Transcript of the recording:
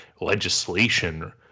legislation